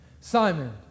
Simon